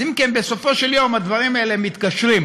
אם כן, בסופו של יום הדברים האלה מתקשרים.